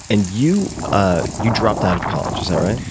and you ah you dropped out of college. is that right?